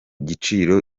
giciro